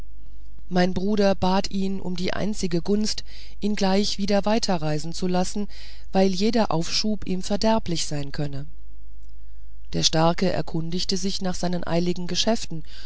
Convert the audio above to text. mein bruder bat ihn um die einzige gunst ihn gleich wieder weiterreisen zu lassen weil jeder aufschub ihm verderblich werden könne der starke erkundigte sich nach seinen eiligen geschäften